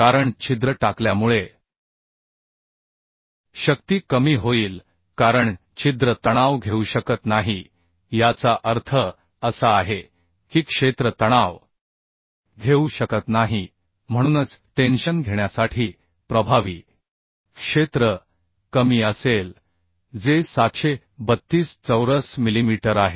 कारण छिद्र टाकल्यामुळे शक्ती कमी होईल कारण छिद्र तणाव घेऊ शकत नाही याचा अर्थ असा आहे की क्षेत्र तणाव घेऊ शकत नाही म्हणूनच टेन्शन घेण्यासाठी प्रभावी क्षेत्र कमी असेल जे 732 चौरस मिलीमीटर आहे